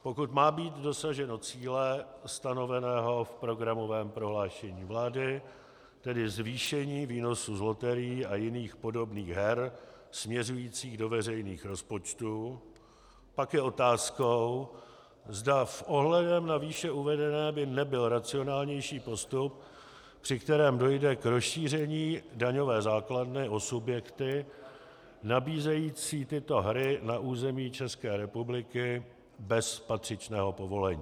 Pokud má být dosaženo cíle stanoveného v programovém prohlášení vlády, tedy zvýšení výnosů z loterií a jiných podobných her směřujících do veřejných rozpočtů, pak je otázkou, zda s ohledem na výše uvedené by nebyl racionálnější postup, při kterém dojde k rozšíření daňové základny o subjekty nabízející tyto hry na území ČR bez patřičného povolení.